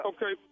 Okay